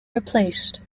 replaced